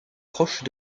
proche